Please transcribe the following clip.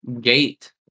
Gate